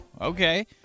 Okay